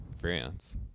france